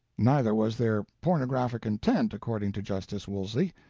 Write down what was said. neither was there pornographic intent, according to justice woolsey,